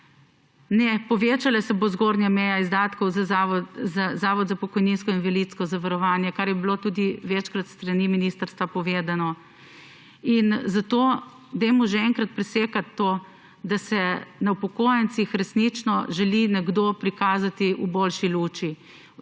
ne, povečala se bo zgornja meja izdatkov za Zavod za pokojninsko in invalidsko zavarovanje, kar je bilo s strani ministrstva večkrat povedano. Zato dajmo že enkrat presekati to, da se na račun upokojencev želi nekdo prikazati v boljši luči.